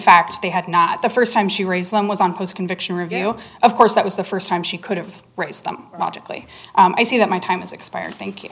fact they had not the first time she raised them was on post conviction review of course that was the first time she could've raise them logically i see that my time has expired thank you